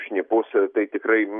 šnipus tai tikrai